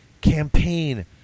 campaign